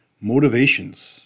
Motivations